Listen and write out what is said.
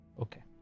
Okay